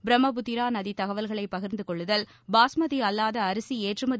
பிரம்மபுத்திரா நதி தகவல்களை பகிா்ந்து கொள்ளுதல் பாஸ்மதி அல்லாத அரிசி ஏற்றுமதி